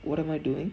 what am I doing